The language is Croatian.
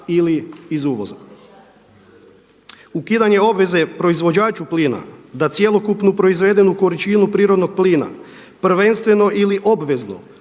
ili iz uvoza. Ukidanje obveze proizvođaču plina da cjelokupnu proizvedenu količinu prirodnog plina prvenstveno ili obvezno